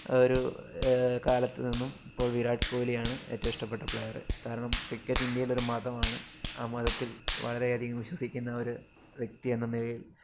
ഒരു കാലത്ത് നിന്നും ഇപ്പോൾ വിരാട് കോലിയാണ് ഏറ്റവും ഇഷ്ടപ്പെട്ട പ്ലെയറ് കാരണം ക്രിക്കറ്റ് ഇന്ത്യയിലൊരു മതമാണ് ആ മതത്തിൽ വളരെയധികം വിശ്വസിക്കുന്ന ഒരു വ്യക്തിയെന്ന നിലയിൽ